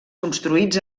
construïts